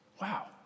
Wow